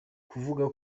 kuvuga